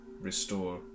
Restore